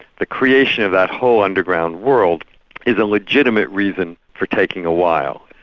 the creation of that whole underground world is a legitimate reason for taking a while.